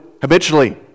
habitually